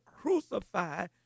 crucify